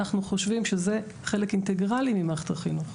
אנחנו חושבים שזה חלק אינטגרלי ממערכת החינוך.